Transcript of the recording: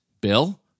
Bill